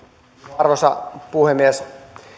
arvoisa puhemies